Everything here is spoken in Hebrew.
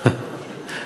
חשבו,